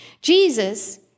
Jesus